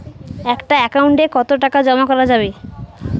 একটা একাউন্ট এ কতো টাকা জমা করা যাবে?